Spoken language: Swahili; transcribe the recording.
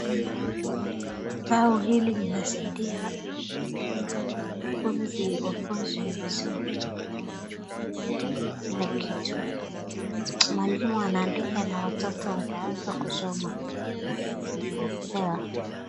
bao hili linasadia wanafunzi wafunzwe vizuri wajue kila kitu mwalimu anaandika na watoto wanaanza kusoma